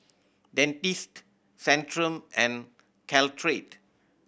Dentiste Centrum and Caltrate